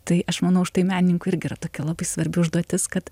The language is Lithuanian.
tai aš manau štai menininkui irgi yra tokia labai svarbi užduotis kad